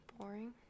boring